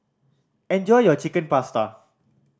enjoy your Chicken Pasta